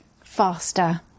faster